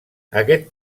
aquest